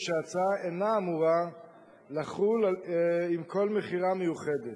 ושההצעה אינה אמורה לחול עם כל מכירה מיוחדת,